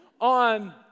on